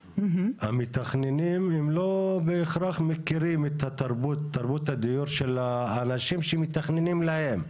המתכננים הם לא בהכרח מכירים את תרבות הדיור של האנשים שמתכננים להם.